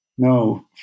No